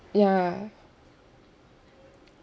ya